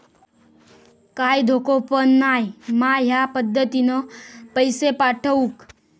काय धोको पन नाय मा ह्या पद्धतीनं पैसे पाठउक?